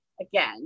again